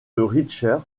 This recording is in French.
richter